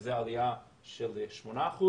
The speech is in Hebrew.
וזו עלייה של 8%,